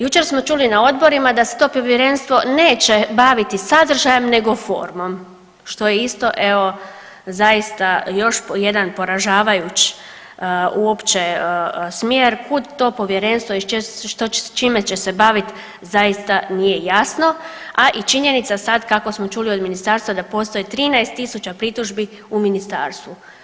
Jučer smo čuli na odborima da se to povjerenstvo neće baviti sadržajem nego formom što je isto evo zaista još jedan poražavajući uopće smjer kud to povjerenstvo i čime će se baviti zaista nije jasno, a i činjenica sad kako smo čuli od ministarstva da postoji 13000 pritužbi u ministarstvu.